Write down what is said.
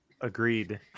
agreed